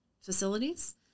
facilities